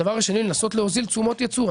הדבר השני, לנסות להוזיל תשומות ייצור.